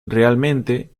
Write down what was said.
realmente